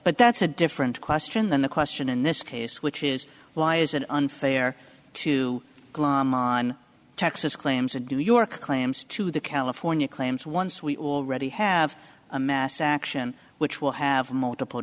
but that's a different question than the question in this case which is why is it unfair to texas claims to do your claims to the california claims once we already have a mass action which will have multiple